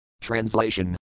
Translation